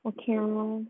okay lor